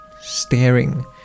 staring